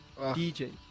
DJ